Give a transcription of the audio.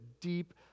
deep